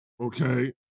Okay